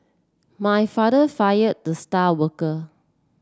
my father fired the star worker